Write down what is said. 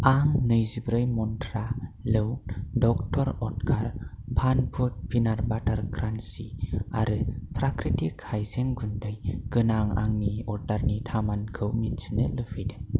आं नैजिब्रै मन्त्रा लौ डक्टर अत्कार फान फुड पिनाट बाटार क्रान्सि आरो प्राकृतिक हायजें गुन्दै गोनां आंनि अर्डारनि थामानखौ मिथिनो लुबैदों